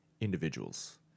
individuals